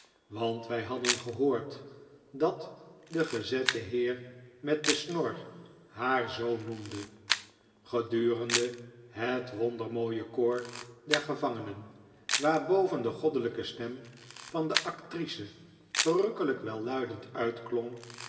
want wij hadden gehoord dat de gezette heer met de snor haar zoo noemde gedurende het wondermooie koor der gevangenen waarboven de goddelijke stem van de actrice verrukkelijk